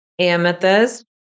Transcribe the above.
amethyst